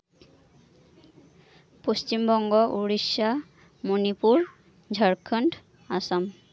Paschim Banga Odisha Manipur Jharkhand Assam